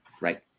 Right